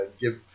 give